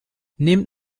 nehmt